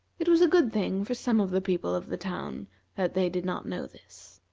it was a good thing for some of the people of the town that they did not know this.